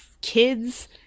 kids